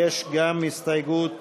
יש גם הסתייגות